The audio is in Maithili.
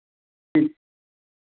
ठीक